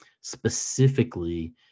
specifically